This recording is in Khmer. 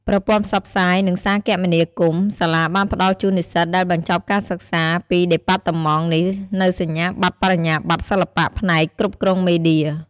ប្រព័ន្ធផ្សព្វផ្សាយ និងសារគមនាគមន៍ សាលាបានផ្តល់ជូននិស្សិតដែលបញ្ចប់ការសិក្សាពីដេប៉ាតឺម៉ង់នេះនូវសញ្ញាបត្របរិញ្ញាបត្រសិល្បៈផ្នែកគ្រប់គ្រងមេឌៀ ។